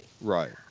Right